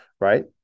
right